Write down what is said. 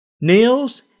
nails